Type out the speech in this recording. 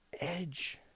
edge